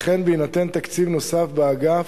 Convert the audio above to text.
לכן, בהינתן תקציב נוסף באגף,